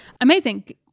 Amazing